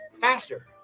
faster